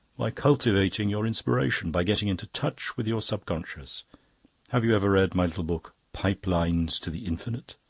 by cultivating your inspiration, by getting into touch with your subconscious have you ever read my little book, pipe-lines to the infinite?